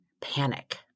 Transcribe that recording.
panic